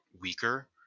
weaker